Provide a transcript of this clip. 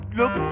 look